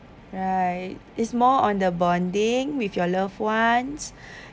right it's more on the bonding with your loved ones